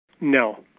No